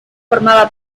formaba